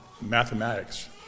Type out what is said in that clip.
mathematics